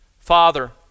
Father